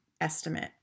estimate